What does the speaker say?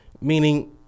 meaning